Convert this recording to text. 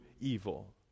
evil